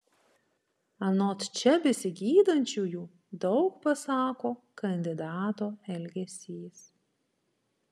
anot čia besigydančiųjų daug pasako kandidato elgesys